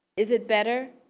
is it better?